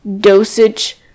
dosage